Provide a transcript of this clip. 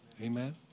Amen